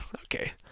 okay